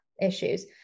issues